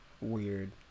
weird